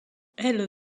elle